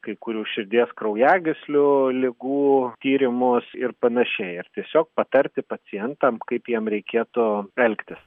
kai kurių širdies kraujagyslių ligų tyrimus ir panašiai ir tiesiog patarti pacientam kaip jiems reikėtų elgtis